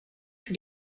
für